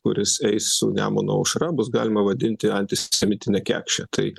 kuris eis su nemuno aušra bus galima vadinti antisemitine kekše tai